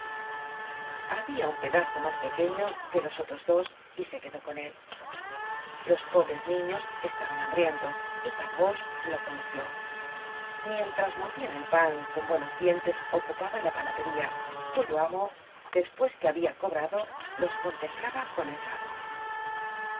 habia un pedazo mas pequeño que los otros dos y se quedó con él los pobres niños estaban hambrientos y gavroche lo conoció mientras mordian el pan con buenos dientes ocupaban la panadería cuyo amo despues que habia cobrado los contemplaba con enfado